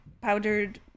powdered